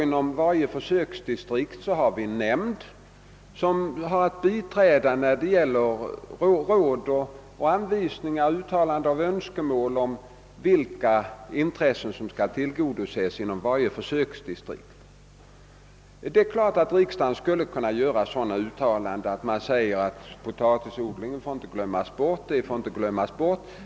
Inom varje försöksdistrikt finns en nämnd som har att biträda med råd och anvisningar och att uttala önskemål om vilka intressen som bör tillgodoses inom varje försöksdistrikt. Riksdagen skulle naturligtvis kunna göra sådana uttalanden som att exempelvis potatisodlingen inte får glömmas bort.